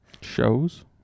Shows